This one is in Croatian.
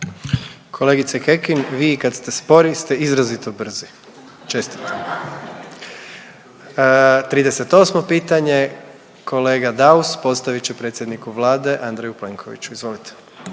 Kolegice Kekin, vi i kad ste spori ste izrazito brzi. Čestitam! **Jandroković, Gordan (HDZ)** 38. pitanje kolega Daus postavit će predsjedniku Vlade Andreju Plenkoviću. Izvolite.